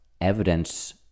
evidence